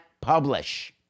publish